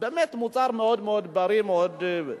באמת, מוצר מאוד מאוד בריא, מאוד,